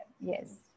Yes